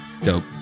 dope